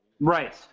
Right